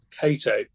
Cato